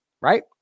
Right